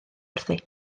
wrthi